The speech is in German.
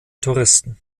touristen